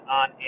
on